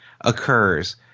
occurs